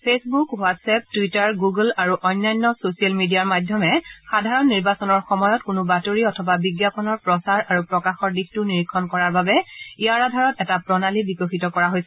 Facebook WhatsApp Twitter Google আৰু অন্য social মিডিয়াৰ মাধ্যমে সাধাৰণ নিৰ্বাচনৰ সময়ত কোনো বাতৰি অথবা বিজ্ঞাপনৰ প্ৰচাৰণ আৰু প্ৰকাশনৰ দিশত নিৰীক্ষণ কৰাৰ বাবে ইয়াৰ আধাৰত এটা প্ৰণালী বিকশিত কৰা হৈছে